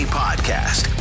podcast